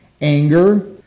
Anger